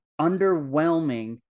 underwhelming